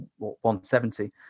170